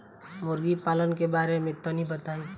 मुर्गी पालन के बारे में तनी बताई?